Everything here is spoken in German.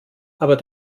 aber